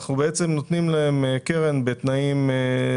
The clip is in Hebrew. אנחנו נותנים להם קרן בתנאים.